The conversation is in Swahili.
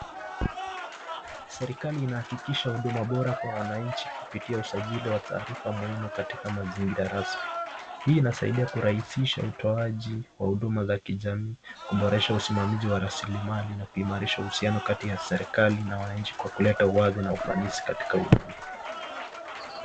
Serikali inahakikisha huduma bora kwa wananchi kupitia usajili wa taarifa muhimu katika mazingira rasmi. Hii inasaidia kurahisisha utoaji wa huduma za jamii kwa kuboresha usimamizi wa rasilimali na kuimarisha uhusiano kati ya serikali na wananchi kwa kuleta uwazi na ufanisi katika huduma.